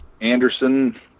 Anderson